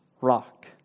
rock